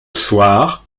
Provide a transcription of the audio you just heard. soir